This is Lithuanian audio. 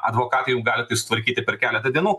advokatai jau gali tai sutvarkyti per keletą dienų